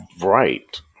Right